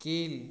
கீழ்